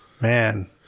man